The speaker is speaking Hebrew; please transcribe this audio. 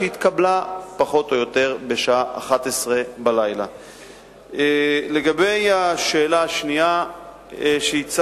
והיא התקבלה פחות או יותר בשעה 23:00. לגבי השאלה השנייה שהצגת,